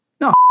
No